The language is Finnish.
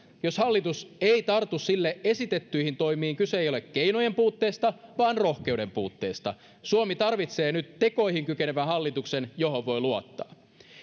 jos hallitus ei tartu sille esitettyihin toimiin kyse ei ole keinojen vaan rohkeuden puutteesta suomi tarvitsee tekoihin kykenevän hallituksen johon voi luottaa